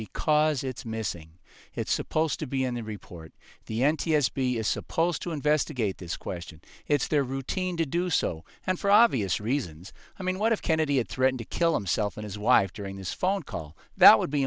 because it's missing it's supposed to be in the report the n t s b is supposed to investigate this question it's their routine to do so and for obvious reasons i mean what if kennedy had threatened to kill himself and his wife during this phone call that would be